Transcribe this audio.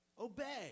Obey